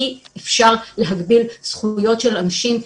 אי אפשר להגביל זכויות של אנשים,